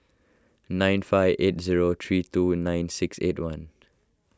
nine five eight zero three two nine six eight one